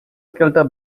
shelter